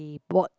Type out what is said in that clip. bought